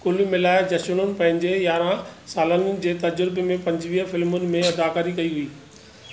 कुल मिलाए जष्नू पंहिंजे यारहां सालनि जे तजुर्बे में पंजवीह फ़िल्मुनि में अदाकारी कई हुई